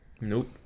Nope